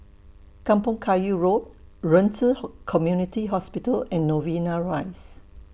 Kampong Kayu Road Ren Ci Hall Community Hospital and Novena Rise